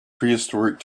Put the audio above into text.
prehistoric